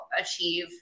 achieve